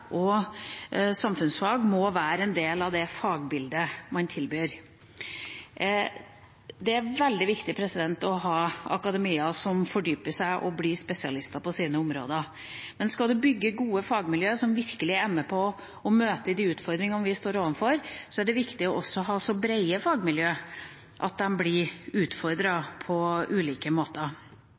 og samfunnsfag må være en del av det fagbildet man tilbyr. Det er veldig viktig å ha akademia som fordyper seg og blir spesialister på sine områder. Men skal man bygge gode fagmiljøer som virkelig er med på å møte de utfordringene vi står overfor, er det viktig også å ha så brede fagmiljøer at de blir utfordret på ulike måter.